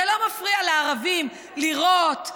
זה לא מפריע לערבים לירות,